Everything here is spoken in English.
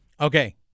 Okay